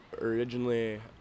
Originally